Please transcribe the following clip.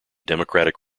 democratic